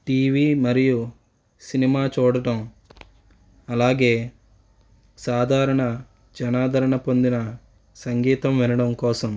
TV మరియు cinema చూడటం అలాగే సాధారణ జనాదరణ పొందిన సంగీతం వినడం కోసం